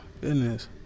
goodness